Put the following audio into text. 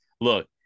look